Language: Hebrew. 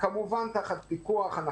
כמובן תחת פיקוח.